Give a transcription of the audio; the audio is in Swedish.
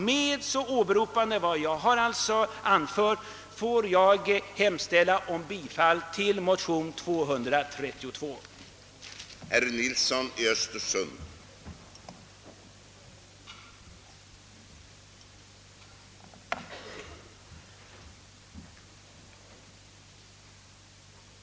Med åberopande av vad jag anfört får jag hemställa om bifall till motion nr 232 i denna kammare.